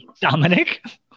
Dominic